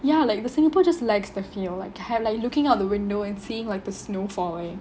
ya like the singapore just lacks the feel like have like looking out the window and seeing like the snow falling